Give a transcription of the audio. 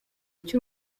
cy’u